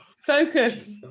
Focus